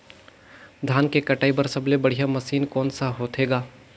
धान के कटाई बर सबले बढ़िया मशीन कोन सा होथे ग?